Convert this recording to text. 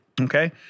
okay